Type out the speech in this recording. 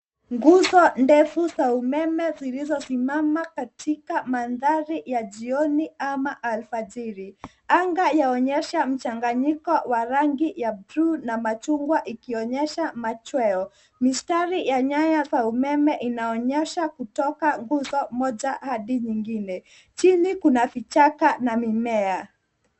Nguzo ndefu za umeme zilzo simama katika mandhari ya jioni ama alfajiri , anga yaonyesha mchanganyiko wa rangi ya bluu na machungwa ikionyesha machweo. Mistari ya naya ya umeme inaonyesha kutoka nguzo moja hadi nyingine, chini kuna vichaka na mimea.